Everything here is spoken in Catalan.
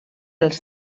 els